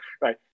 right